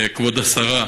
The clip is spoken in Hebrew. כבוד השרה,